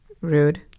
Rude